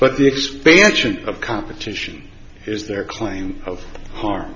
but the expansion of competition is their claim of har